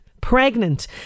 pregnant